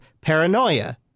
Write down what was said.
paranoia